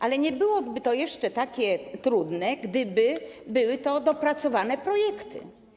Ale nie byłoby to jeszcze takie trudne, gdyby były to dopracowane projekty.